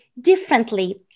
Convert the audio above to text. differently